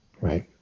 right